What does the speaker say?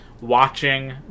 watching